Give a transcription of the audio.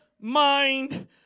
mind